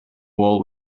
wall